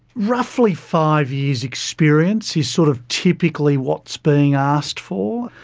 roughly five years' experience is sort of typically what's being asked for,